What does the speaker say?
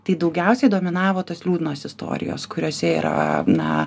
tai daugiausiai dominavo tos liūdnos istorijos kuriose yra na